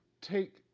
take